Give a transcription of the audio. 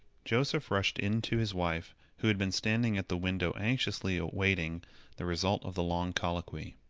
joseph rushed in to his wife who had been standing at the window anxiously waiting the result of the long colloquy.